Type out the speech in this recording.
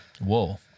Whoa